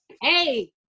hey